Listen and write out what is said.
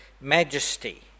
majesty